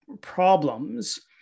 problems